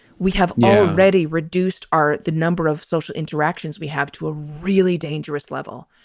we have already reduced our the number of social interactions we have to a really dangerous level.